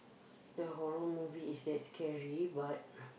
the horror movie is that scary but